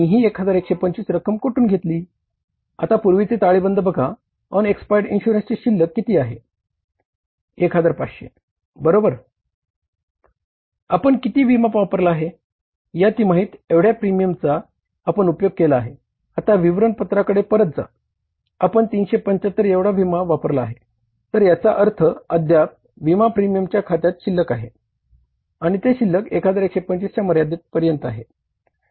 आता विवरण पत्राकडे परत जा आपण 375 एवढा विमा वापरला आहे तर याचा अर्थ अद्याप विमा प्रीमियम खात्यात शिल्लक आहे आणि ते शिल्लक 1125 च्या मर्यादेपर्यंत आहे